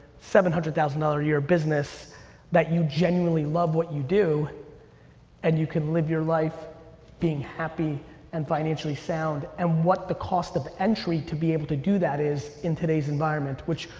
seven hundred thousand dollars a year business that you genuinely love what you do and you can live your life being happy and financially sound and what the cost of entry to be able to do that is in today's environment, which,